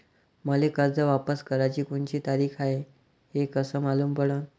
मले कर्ज वापस कराची कोनची तारीख हाय हे कस मालूम पडनं?